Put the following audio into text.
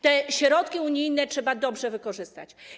Te środki unijne trzeba dobrze wykorzystać.